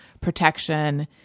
protection